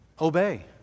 obey